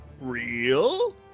real